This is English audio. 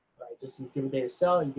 just give a day to sell,